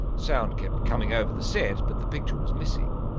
sound kept coming over the set but the picture was missing.